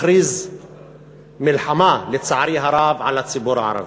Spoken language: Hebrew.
מכריז מלחמה, לצערי הרב, על הציבור הערבי.